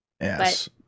Yes